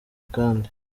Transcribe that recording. kandi